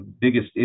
biggest